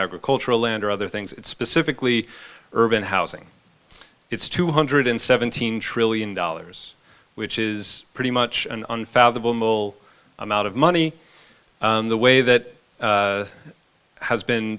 agricultural land or other things specifically urban housing it's two hundred and seventeen trillion dollars which is pretty much an unfathomable amount of money the way that has been